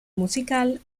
musical